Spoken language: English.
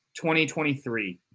2023